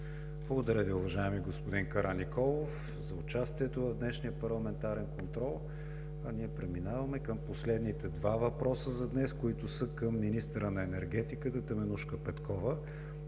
Благодаря Ви, уважаеми господин Караниколов, за участието в днешния парламентарен контрол. А ние преминаваме към последните два въпроса за днес, които са към министъра на енергетиката Теменужка Петкова.